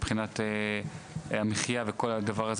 מבחינת המחיה וכל הדבר הזה,